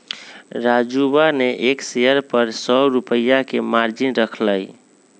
राजूवा ने एक शेयर पर सौ रुपया के मार्जिन रख लय